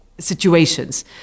Situations